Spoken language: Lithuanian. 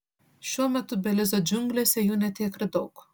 šiuo metu belizo džiunglėse jų ne tiek ir daug